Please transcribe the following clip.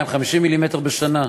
250 מ"מ בשנה.